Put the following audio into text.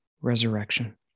resurrection